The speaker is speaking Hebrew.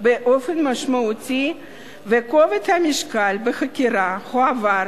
באופן משמעותי וכובד המשקל בחקירה הועבר